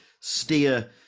steer